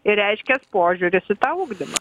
ir reiškias požiūris į tą ugdymą